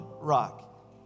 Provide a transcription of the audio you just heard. rock